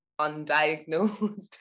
undiagnosed